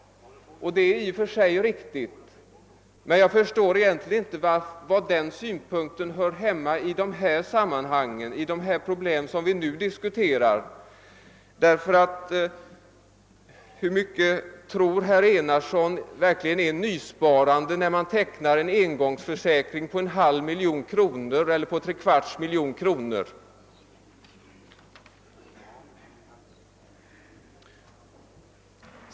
Det är i och för sig riktigt. Men jag förstår egentligen inte på vad sätt den saken hör hemma i dessa sammanhang. Hur mycket tror herr Enarsson är nysparande, när man tecknar en engångsförsäkring på en halv miljon eller tre fjärdedels miljon kronor?